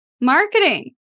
Marketing